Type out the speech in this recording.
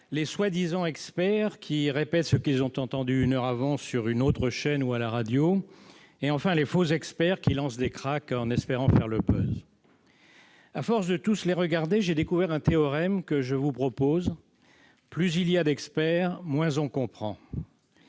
les soi-disant experts, qui répètent ce qu'ils ont entendu une heure avant sur une autre chaîne ou à la radio ; et, enfin, les faux experts qui lancent des craques en espérant faire le buzz. À force de tous les regarder, j'ai découvert un théorème, que je vous propose : plus il y a d'experts, moins on comprend.